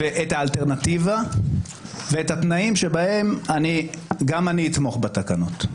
ואת האלטרנטיבה ואת התנאים שבהם גם אני אתמוך בתקנות.